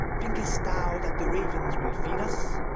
thinkest thou that the ravens will feed us?